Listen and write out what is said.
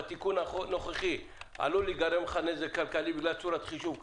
בתיקון הנוכחי עלול להיגרם לך נזק כלכלי בגלל צורת חישוב כזאת,